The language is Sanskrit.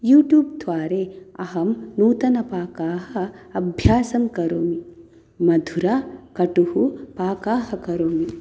यूट्यूब् द्वारे अहं नूतनपाकाः अभ्यासं करोमि मधुरा कटुः पाकाः करोमि